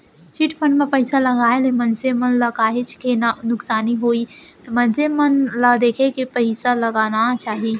chit fund म पइसा लगाए ले मनसे मन ल काहेच के नुकसानी होइस मनसे मन ल देखे के पइसा लगाना चाही